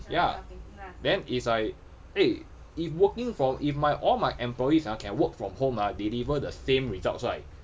ya then it's like eh if working from if my all my employees ah can work from home ah deliver the same results right